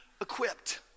equipped